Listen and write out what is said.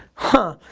huh.